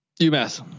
UMass